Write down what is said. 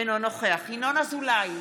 אינו נוכח ינון אזולאי,